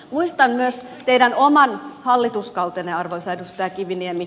muistan myös teidän oman hallituskautenne arvoisa edustaja kiviniemi